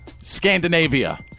Scandinavia